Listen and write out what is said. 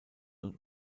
und